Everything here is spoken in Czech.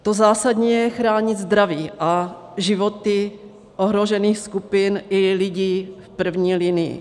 To zásadní je chránit zdraví a životy ohrožených skupin i lidí v první linii.